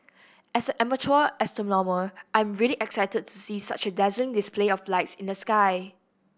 as an amateur astronomer I am really excited to see such a dazzling display of lights in the sky